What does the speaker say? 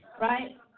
right